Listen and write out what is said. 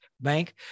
Bank